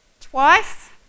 Twice